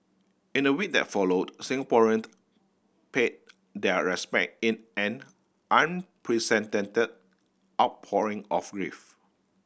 in the week that followed Singaporean paid their respect in an unprecedented outpouring of grief